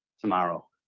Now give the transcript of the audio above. Tomorrow